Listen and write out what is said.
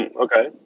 Okay